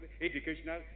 educational